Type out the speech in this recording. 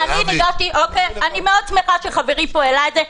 אני מאוד שמחה שחברי פה העלה את זה.